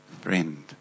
friend